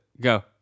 Go